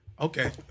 Okay